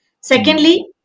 Secondly